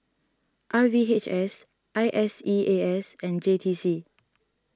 R V H S I S E A S and J T C